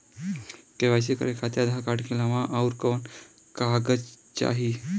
KYC करे खातिर Aadhaar card के अलावा आउरकवन कवन कागज चाहीं?